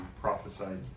prophesied